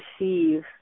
receive